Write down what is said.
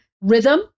rhythm